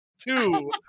two